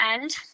end